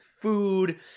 food